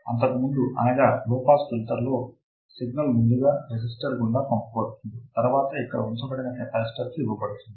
అంతకు ముందు అనగా లో పాస్ ఫిల్టర్లో సిగ్నల్ ముందుగా రెసిస్టర్ గుండా పంపబడుతుంది తరువాత ఇక్కడ ఉంచబడిన కెపాసిటర్ కు ఇవ్వబడుతుంది